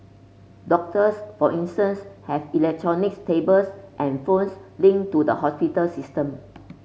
doctors for instance have electronic tablets and phones linked to the hospital system